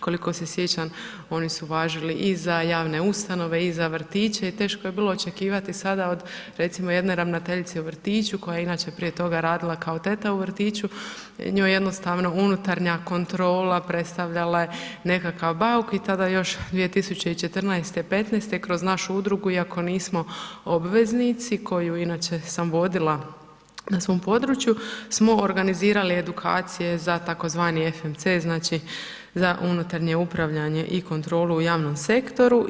Koliko se sjećam oni su važili i za javne ustanove i za vrtiće i teško je bilo očekivati sada od recimo jedne ravnateljice u vrtiću koja je inače prije toga radila kao teta u vrtiću, njoj je jednostavno unutarnja kontrola predstavljala nekakav bauk i tada još 2014., 2015. kroz našu udrugu iako nismo obveznici koju inače sam vodila na svom području smo organizirali edukacije za tzv. FMC za unutarnje upravljanje i kontrolu u javnom sektoru.